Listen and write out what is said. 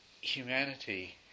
humanity